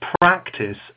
practice